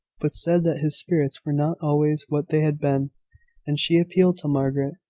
but said that his spirits were not always what they had been and she appealed to margaret.